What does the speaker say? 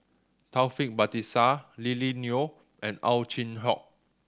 Taufik Batisah Lily Neo and Ow Chin Hock